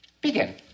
Begin